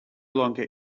longer